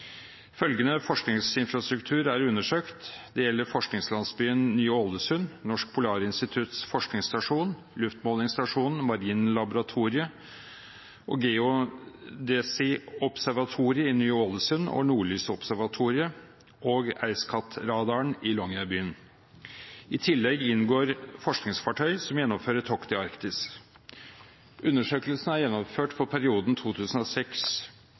Følgende forskningsinfrastruktur er undersøkt: forskningslandsbyen Ny-Ålesund, Norsk Polarinstitutts forskningsstasjon, luftmålingsstasjonen, marinlaboratoriet og geodesiobservatoriet i Ny-Ålesund og nordlysobservatoriet og EISCAT-radaren i Longyearbyen. I tillegg inngår forskningsfartøy som gjennomfører tokt i Arktis. Undersøkelsen er gjennomført for perioden